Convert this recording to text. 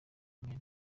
amen